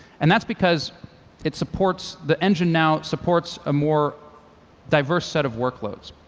and that's because it supports the engine, now supports a more diverse set of workloads.